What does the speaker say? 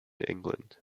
england